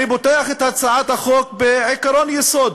אני פותח את הצעת החוק בעקרון יסוד.